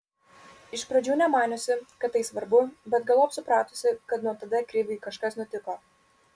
iš pradžių nemaniusi kad tai svarbu bet galop supratusi kad nuo tada kriviui kažkas nutiko